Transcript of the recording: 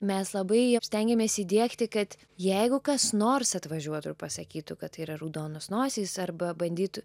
mes labai jiems stengiamės įdiegti kad jeigu kas nors atvažiuotų ir pasakytų kad tai yra raudonos nosys arba bandytų